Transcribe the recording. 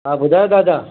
हा ॿुधायो दादा